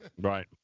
Right